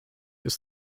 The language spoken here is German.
ist